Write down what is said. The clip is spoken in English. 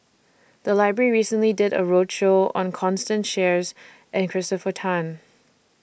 The Library recently did A roadshow on Constance Sheares and Christopher Tan